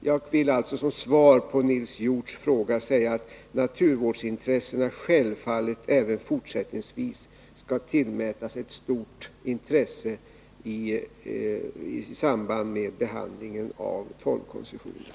Jag vill alltså som svar på Nils Hjorths fråga säga att naturvårdsintressena självfallet även fortsättningsvis skall tillmätas stor vikt i samband med behandlingen av torvkoncessionerna.